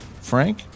Frank